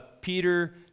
Peter